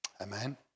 Amen